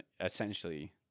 essentially